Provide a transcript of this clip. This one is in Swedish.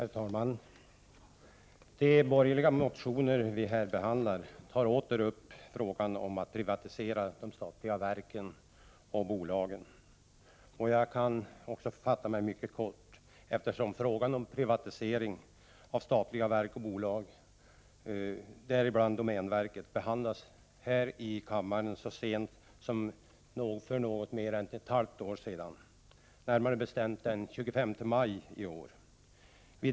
Herr talman! De borgerliga motioner som behandlats i utskottet tar åter upp frågan om privatisering av de statliga verken och bolagen. Jag skall fatta mig mycket kort, eftersom frågan om privatisering — bl.a. av domänveket — behandlades här i kammaren så sent som den 25 maj i år.